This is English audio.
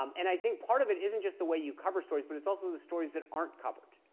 um and i think part of it isn't just the way you cover stories, but it's also the stories that aren't covered.